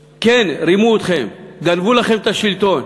כן, רימו אתכם, גנבו לכם את השלטון.